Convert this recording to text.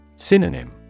Synonym